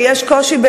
ויש קושי,